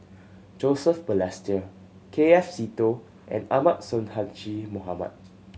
Joseph Balestier K F Seetoh and Ahmad Sonhadji Mohamad